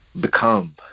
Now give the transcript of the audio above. become